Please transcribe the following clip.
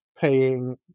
paying